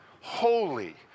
holy